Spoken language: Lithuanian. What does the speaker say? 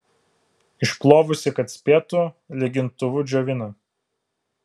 išplovusi kad spėtų lygintuvu džiovina